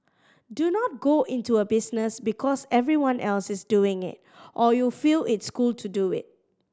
do not go into a business because everyone else is doing it or you feel it's cool to do it